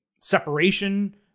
separation